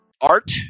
Art